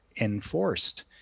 enforced